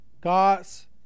God's